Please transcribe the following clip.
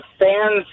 fans